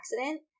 accident